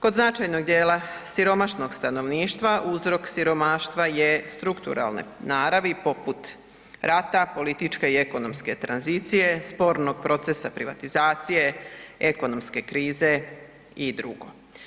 Kod značajnog djela siromašnog stanovništva, uzrok siromaštva je strukturalne naravi poput rata, političke i ekonomske tranzicije, spornog procesa privatizacije, ekonomske krize i drugo.